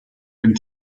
den